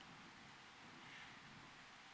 mm